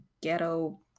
ghetto